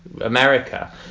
America